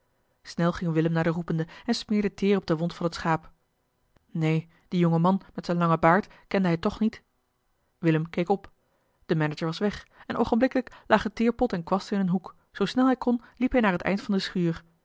snel ging willem naar den roepende en smeerde teer op de wond van het schaap neen dien jongen man met zijn langen baard kende hij toch niet willem keek op de manager was weg en oogenblikkelijk lagen teerpot en kwast in een hoek zoo snel hij kon liep hij naar het eind van de schuur